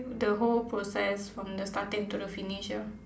the whole process from the starting to the finish ya